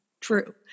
True